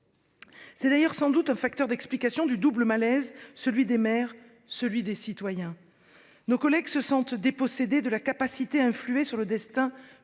C'est d'ailleurs sans doute un facteur d'explication du double malaise actuel, celui des maires et celui des citoyens. Nos collègues élus se sentent dépossédés de leur capacité à influer sur le destin